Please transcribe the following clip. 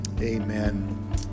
amen